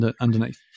underneath